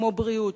כמו בריאות,